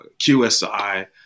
QSI